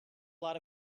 lot